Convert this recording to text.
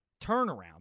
turnaround